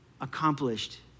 accomplished